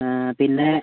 പിന്നെ